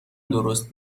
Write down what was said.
درست